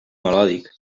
melòdic